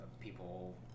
people